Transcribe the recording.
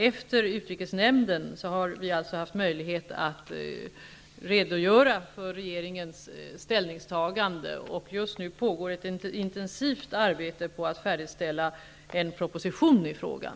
Efter utrikesnämndens sammanträde har vi haft möjlighet att redogöra för regeringens ställningstagande. Just nu pågår ett intensivt arbete med att färdigställa en proposition i den här frågan.